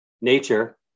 nature